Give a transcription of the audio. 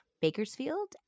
Bakersfield